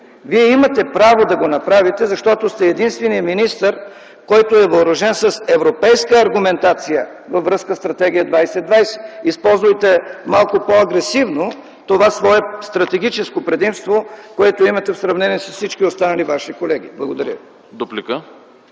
Вие имате право да го направите, защото сте единственият министър, защото сте въоръжен с европейска аргументация във връзка със Стратегия 2020. Използвайте малко по-агресивно това свое стратегическо предимство, което имате в сравнение с всички останали ваши колеги. Благодаря ви.